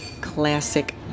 classic